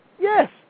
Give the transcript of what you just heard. Yes